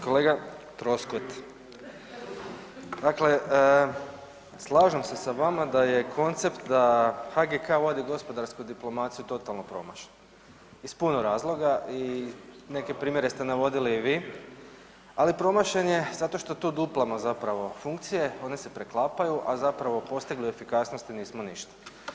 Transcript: Kolega Troskot, dakle slažem se sa vama da je koncept da HGK vodi gospodarsku diplomaciju totalno promašeno iz puno razloga i neke primjere ste navodili i vi, ali promašen je zato što tu duplamo zapravo funkcije, one se preklapaju, a zapravo postigli efikasnosti nismo ništa.